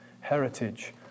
heritage